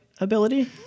ability